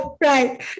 right